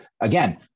again